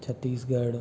Chhattisgarh